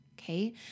okay